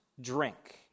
drink